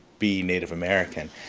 be native american.